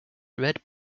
red